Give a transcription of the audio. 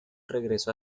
regresó